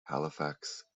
halifax